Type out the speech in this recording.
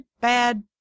bad